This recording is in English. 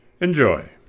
Enjoy